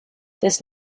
this